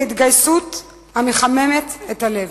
בהתגייסות המחממת את הלב.